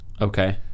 Okay